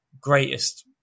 greatest